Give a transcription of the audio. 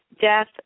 Death